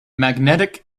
magnetic